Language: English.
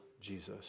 Jesus